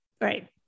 Right